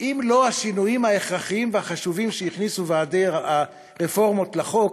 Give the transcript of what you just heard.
אם לא השינויים ההכרחיים והחשובים שהכניסו חברי ועדת הרפורמות לחוק,